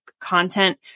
content